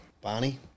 Barney